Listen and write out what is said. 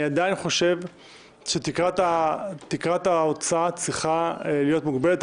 אני עדיין חושב שתקרת ההוצאה צריכה להיות מוגבלת,